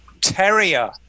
Terrier